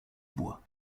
bois